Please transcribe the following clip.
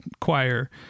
choir